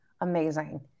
Amazing